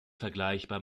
vergleichbar